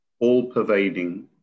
all-pervading